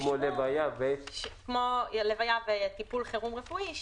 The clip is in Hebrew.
כמו לוויה וטיפול חירום רפואי,